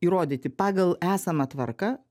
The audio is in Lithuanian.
įrodyti pagal esamą tvarką